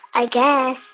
i guess.